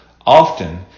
Often